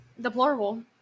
deplorable